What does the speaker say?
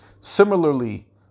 Similarly